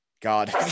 god